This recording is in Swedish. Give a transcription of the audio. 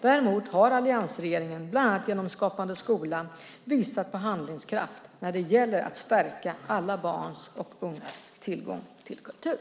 Däremot har alliansregeringen bland annat genom Skapande skola visat på handlingskraft när det gäller att stärka alla barns och ungas tillgång till kultur.